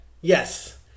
yes